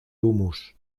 humus